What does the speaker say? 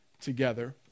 together